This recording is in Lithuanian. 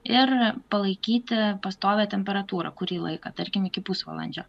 ir palaikyti pastovią temperatūrą kurį laiką tarkim iki pusvalandžio